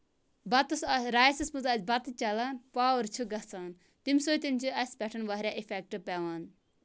پَتس آسہِ رایسَس مَنز آسہِ بَتہٕ چَلان پاوَر چھُ گَژھان تمہِ سۭتۍ چھُ اَسہِ پٮ۪ٹھ واریاہ اِفٮ۪ٹ پیوان